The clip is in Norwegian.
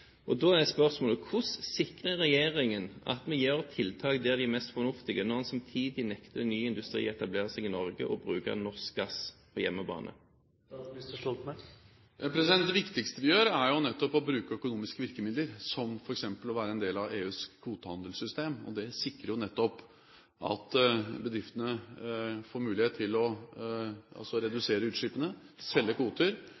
Da er spørsmålet: Hvordan sikrer regjeringen at vi gjør tiltak der de er mest fornuftige, når en samtidig nekter ny industri å etablere seg i Norge og bruke norsk gass på hjemmebane? Det viktigste vi gjør, er nettopp å bruke økonomiske virkemidler, som f.eks. å være en del av EUs kvotehandelssystem. Det sikrer at bedriftene får mulighet til å